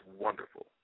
wonderful